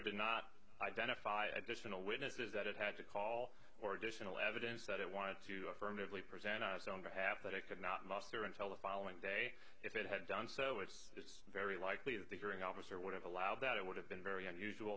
did not identify additional witnesses that it had to call or additional evidence that it wanted to affirmatively present on its own behalf but it could not muster until the following day if it had done so it is very likely that the hearing officer would have allowed that it would have been very unusual